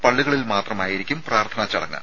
പള്ളികളിൽ മാത്രമായിരിക്കും പ്രാർത്ഥനാ ചടങ്ങ്